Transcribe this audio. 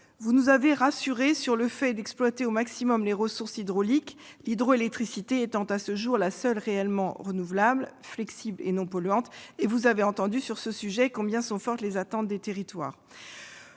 Vous nous avez rassurés sur le fait que vous comptiez exploiter au maximum les ressources hydrauliques, l'hydroélectricité étant à ce jour la seule énergie réellement renouvelable, flexible et non polluante. Vous avez entendu sur ce sujet combien les attentes des territoires